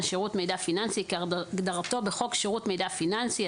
שירות מידע פיננסי כהגדרתו בחוק שירות מידע פיננסי,